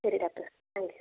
சரி doctor thanks